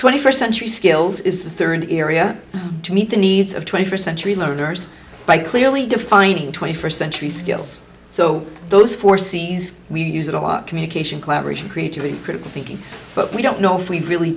twenty first century skills is the third area to meet the needs of twenty first century learners by clearly defining twenty first century skills so those foresees we use it all our communication collaboration creativity critical thinking but we don't know if we've really